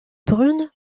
brune